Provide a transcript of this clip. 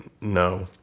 No